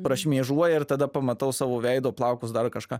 prašmėžuoja ir tada pamatau savo veido plaukus dar kažką